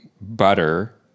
butter